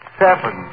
seven